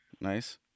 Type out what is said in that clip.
Nice